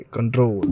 Control